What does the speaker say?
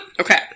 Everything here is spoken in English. Okay